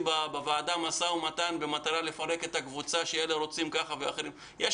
בוועדה משא ומתן במטרה לפרק את הקבוצה שאלה רוצים ככה ואחרים ככה.